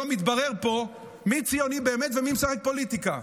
היום יתברר פה מי ציוני באמת ומי משחק פוליטיקה.